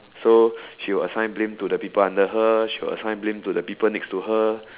so she was assigned blame to the people under her she was assigned blame to the people next to her